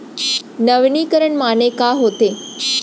नवीनीकरण माने का होथे?